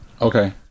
okay